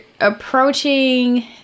approaching